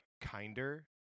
kinder